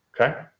Okay